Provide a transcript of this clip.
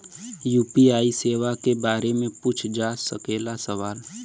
UPI सेवा के बारे में पूछ जा सकेला सवाल?